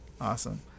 Awesome